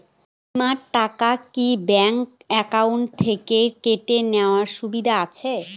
বিমার টাকা কি অ্যাকাউন্ট থেকে কেটে নেওয়ার সুবিধা আছে?